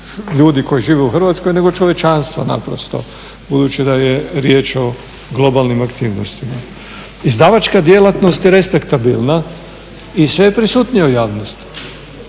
ljudi koji žive u Hrvatskoj nego čovječanstva naprosto budući da je riječ o globalnim aktivnostima. Izdavačka djelatnost je respektabilna i sve prisutnija u javnosti.